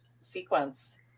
Sequence